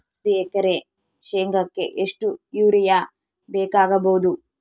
ಒಂದು ಎಕರೆ ಶೆಂಗಕ್ಕೆ ಎಷ್ಟು ಯೂರಿಯಾ ಬೇಕಾಗಬಹುದು?